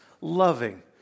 loving